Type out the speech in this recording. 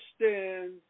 understand